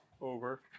Over